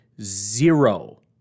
zero